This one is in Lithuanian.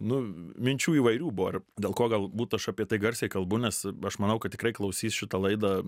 nu minčių įvairių buvo ir dėl ko galbūt aš apie tai garsiai kalbu nes aš manau kad tikrai klausys šita laida